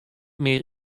mear